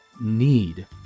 need